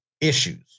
issues